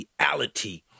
reality